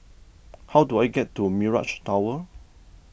how do I get to Mirage Tower